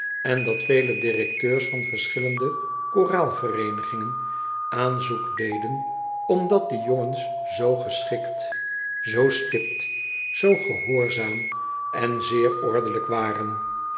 en dat vele directeurs van verschillende koraalvereenigingen aanzoek deden omdat die jongens zoo geschikt zoo stipt zoo gehoorzaam en zeer ordelijk waren